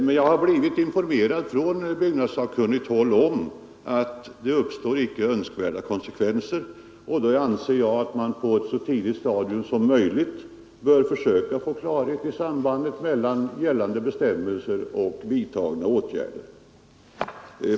Men jag har blivit informerad från byggnadssakkunnigt håll om att det uppstår icke önskvärda konsekvenser, och då anser jag att man på ett så tidigt stadium som möjligt bör försöka få klarhet i sambandet mellan gällande bestämmelser och vidtagna åtgärder.